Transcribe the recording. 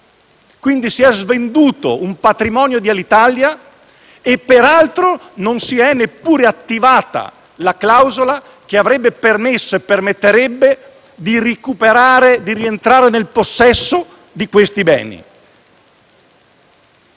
Quindi, si è svenduto un patrimonio di Alitalia e, peraltro, non si è neppure attivata la clausola che avrebbe permesso e permetterebbe di rientrare in possesso di questi beni.